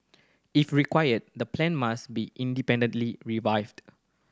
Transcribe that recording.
if required the plan must be independently